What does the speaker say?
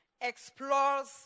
explores